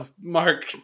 Mark